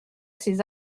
ces